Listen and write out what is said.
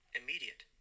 immediate